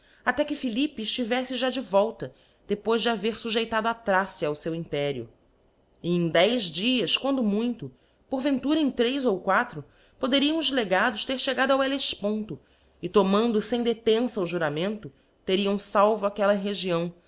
aié que philippe eílivelte já de volta depois de haver fujeitado a thracia ao feu império e em dez dias quando muito porventura em três ou quatro poderiam os legados ter chegado ao hellefponto e tomando fem detença o juramento teriam falvo aquella região